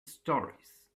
stories